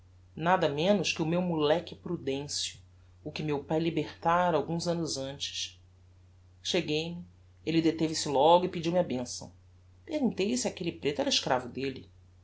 nada menos que o meu moleque prudencio o que meu pae libertára alguns annos antes cheguei-me elle deteve-se logo e pediu-me a benção perguntei-lhe se aquelle preto era escravo delle